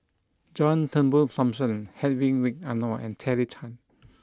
John Turnbull Thomson Hedwig Anuar and Terry Tan